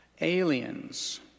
aliens